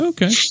Okay